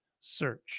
search